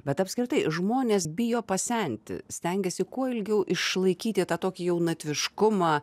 bet apskritai žmonės bijo pasenti stengiasi kuo ilgiau išlaikyti tą tokį jaunatviškumą